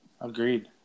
agreed